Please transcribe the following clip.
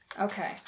Okay